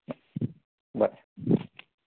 bye